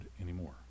anymore